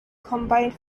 combined